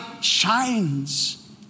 shines